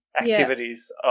activities